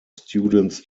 students